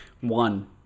one